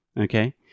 Okay